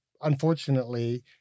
unfortunately